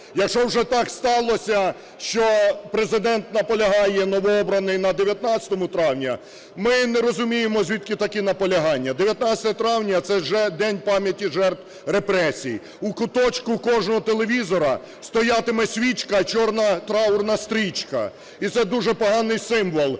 Якщо вже так сталося, що Президент наполягає, новообраний, на 19 травня, ми не розуміємо, звідки такі наполягання? 19 травня - це День пам'яті жертв репресій. У куточку кожного телевізора стоятиме свічка, чорна траурна стрічка, і це дуже поганий символ.